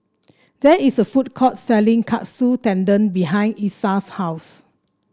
there is a food court selling Katsu Tendon behind Isiah's house